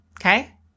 Okay